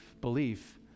belief